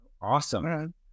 awesome